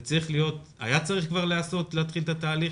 זה כבר היה צריך להיעשות ולהתחיל את התהליך.